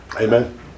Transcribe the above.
Amen